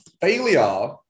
failure